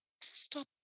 stop